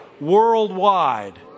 worldwide